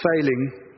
failing